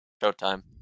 Showtime